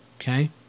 Okay